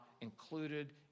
included